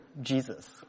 Jesus